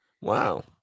Wow